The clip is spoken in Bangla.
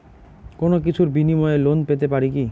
কোনো কিছুর বিনিময়ে লোন পেতে পারি কি?